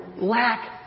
lack